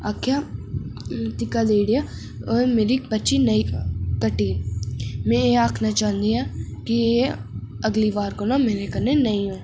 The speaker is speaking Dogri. आखेआ धिक्का देई ओड़ेआ और मेरी पर्ची नेईं कट्टी में एह् आखना चाह्न्नी आं कि एह् अगली बार कोला मेरे कन्नै नेईं होऐ